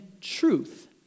truth